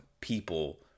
people